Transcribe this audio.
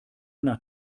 nach